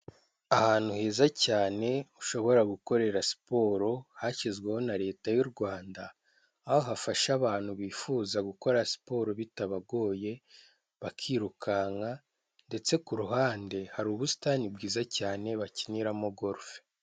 Ahantu heza cyane ushobora gukorera siporo, hashyizweho na leta y'Urwanda, aho hafasha abantu bifuza gukora siporo bitabagoye, bakirukanka ndetse ku ruhande hari ubusitani bwiza cyane bakiniramo gorufe.